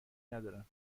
ندارم